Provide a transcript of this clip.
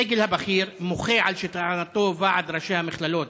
הסגל הבכיר מוחה על שלטענתו ועד ראשי המכללות,